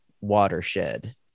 watershed